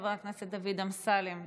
חבר הכנסת דוד אמסלם,